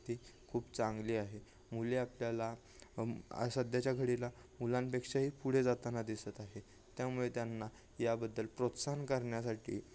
स्थिती खूप चांगली आहे मुले आपल्याला सध्याच्या घडीला मुलांपेक्षाही पुढे जाताना दिसत आहे त्यामुळे त्यांना याबद्दल प्रोत्साहन करण्यासाठी